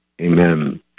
Amen